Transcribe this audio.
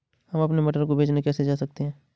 हम अपने मटर को बेचने कैसे जा सकते हैं?